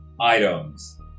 items